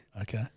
Okay